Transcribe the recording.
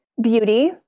beauty